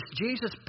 Jesus